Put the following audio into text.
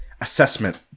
assessment